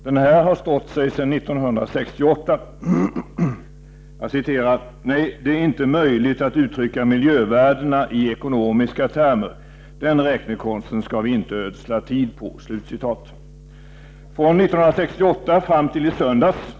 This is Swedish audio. Den här har stått sig sedan 1968: ”Nej, det är inte möjligt att uttrycka miljövärdena i ekonomiska termer. Den räknekonsten ska vi inte ödsla tid på.” Från 1968 — fram till i söndags.